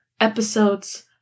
episodes